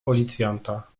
policjanta